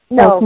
no